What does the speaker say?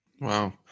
Wow